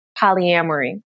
polyamory